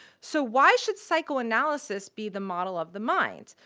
so why should psychoanalysis be the model of the mind,